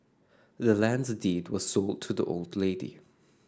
the land's deed was sold to the old lady